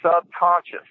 subconscious